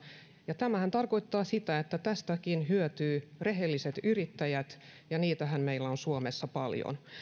ja tämähän tarkoittaa sitä että tästäkin hyötyvät rehelliset yrittäjät ja niitähän meillä on suomessa paljon